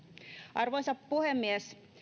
arvoisa puhemies